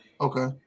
Okay